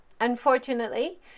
Unfortunately